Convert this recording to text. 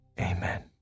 Amen